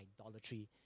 idolatry